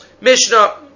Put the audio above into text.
Mishnah